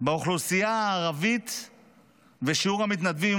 באוכלוסייה הערבית שיעור המתנדבים,